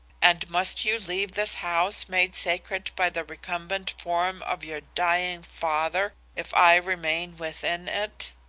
and must you leave this house made sacred by the recumbent form of your dying father if i remain within it